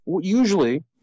usually